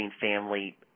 family